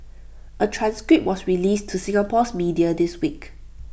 A transcript was released to Singapore's media this week